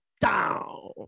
down